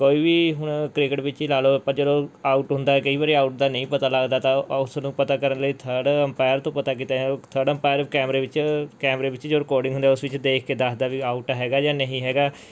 ਕੋਈ ਵੀ ਹੁਣ ਕ੍ਰਿਕਟ ਵਿੱਚ ਹੀ ਲਾ ਲਉ ਆਪਾਂ ਜਦੋਂ ਆਊਟ ਹੁੰਦਾ ਹੈ ਕਈ ਵਾਰੀ ਆਊਟ ਦਾ ਨਹੀਂ ਪਤਾ ਲੱਗਦਾ ਤਾਂ ਉਸ ਨੂੰ ਪਤਾ ਕਰਨ ਲਈ ਥਰਡ ਅੰਪਾਇਰ ਤੋਂ ਪਤਾ ਕੀਤਾ ਜਾਂਦਾ ਥਰਡ ਅੰਪਾਇਰ ਕੈਮਰੇ ਵਿੱਚ ਕੈਮਰੇ ਵਿੱਚ ਜੋ ਰਿਕੋਡਿੰਗ ਹੁੰਦੀ ਉਸ ਵਿੱਚ ਦੇਖ ਕੇ ਦੱਸਦਾ ਵੀ ਆਊਟ ਹੈਗਾ ਜਾਂ ਨਹੀਂ ਹੈਗਾ